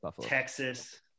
Texas